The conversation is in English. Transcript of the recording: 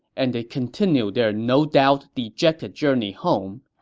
and they continued their no doubt dejected journey home.